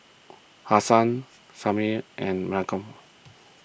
Hasan Samir and Malcom